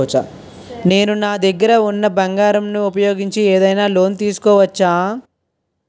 నేను నా దగ్గర ఉన్న బంగారం ను ఉపయోగించి ఏదైనా లోన్ తీసుకోవచ్చా?